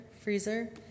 freezer